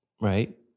right